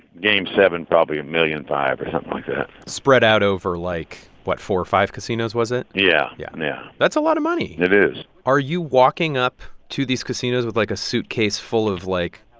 game seven probably a million five or something like that spread out over, like what? four or five casinos, was it? yeah yeah yeah that's a lot of money it is are you walking up to these casinos with, like, a suitcase full of, like,